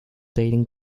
dating